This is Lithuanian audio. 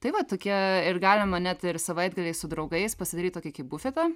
tai va tokie ir galima net ir savaitgaliais su draugais pasidaryt tokį kaip bufetą